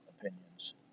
opinions